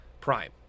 Prime